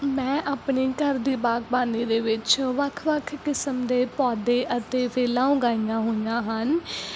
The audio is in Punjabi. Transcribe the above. ਮੈਂ ਆਪਣੇ ਘਰ ਦੀ ਬਾਗਬਾਨੀ ਦੇ ਵਿੱਚ ਵੱਖ ਵੱਖ ਕਿਸਮ ਦੇ ਪੌਦੇ ਅਤੇ ਵੇਲਾਂ ਉਗਾਈਆਂ ਹੋਈਆਂ ਹਨ